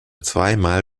zweimal